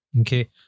Okay